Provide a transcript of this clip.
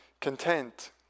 content